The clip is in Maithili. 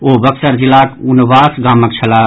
ओ बक्सर जिलाक उन्वास गामक छलाह